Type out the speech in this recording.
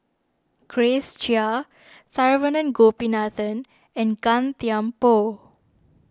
Grace Chia Saravanan Gopinathan and Gan Thiam Poh